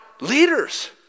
leaders